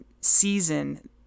season